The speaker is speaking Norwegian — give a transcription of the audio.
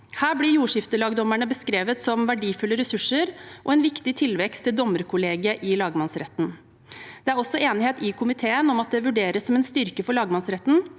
Her blir jordskiftelagdommerne beskrevet som verdifulle ressurser og en viktig tilvekst til dommerkollegiet i lagmannsretten. Det er også enighet i komiteen om at det vurderes som en styrke for lagmannsretten